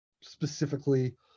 specifically